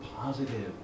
positive